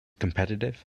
competitive